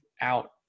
out